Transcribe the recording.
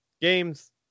games